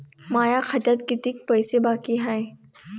माया खात्यात कितीक पैसे बाकी हाय?